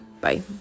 Bye